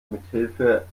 mithilfe